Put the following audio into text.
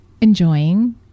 enjoying